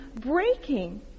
breaking